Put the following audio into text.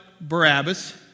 Barabbas